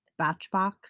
Batchbox